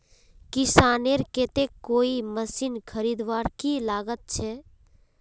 किसानेर केते कोई मशीन खरीदवार की लागत छे?